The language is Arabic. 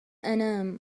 أنام